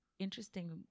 interesting